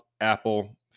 Apple